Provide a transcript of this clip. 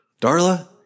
Darla